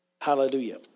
Hallelujah